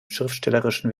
schriftstellerischen